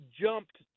jumped